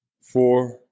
four